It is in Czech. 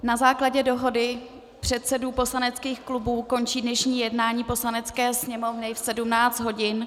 Na základě dohody předsedů poslaneckých klubů končí dnešní jednání Poslanecké sněmovny v 17 hodin.